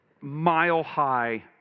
mile-high